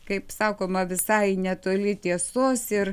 kaip sakoma visai netoli tiesos ir